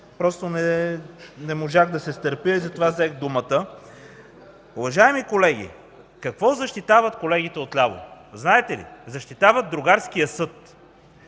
просто не можах да се стърпя и затова взех думата. Уважаеми колеги, какво защитават колегите отляво, знаете ли? – Защитават другарският съд.